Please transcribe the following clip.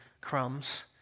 crumbs